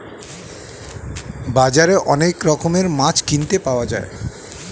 বাজারে অনেক রকমের মাছ কিনতে পাওয়া যায়